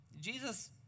Jesus